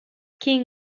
king